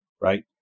right